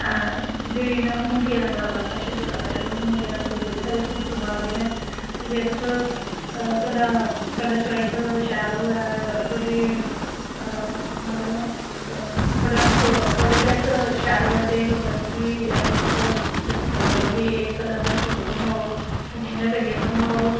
green मुंगिया रंग दा बड़ा फैशन चला दा ऐ लोग मुंगिया रंग दे बड़े सारे सूट सलवा दे न ते जे तुस तोआडा कलर चवाईस शैल होऐ तोआडी मतलब तोआडी कलर चवाईस शैल होऐ ते लोकें गी बी अगर तुस दस्सी सकदे ओ कि एह् कलर दा सूट बनवाओ इ'यां इ'यां करियै बनवाओ